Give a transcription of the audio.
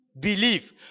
believe